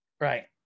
right